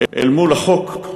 אל מול החוק,